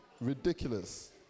Ridiculous